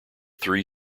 three